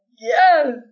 yes